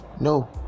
no